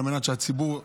על מנת שהציבור ירוויח.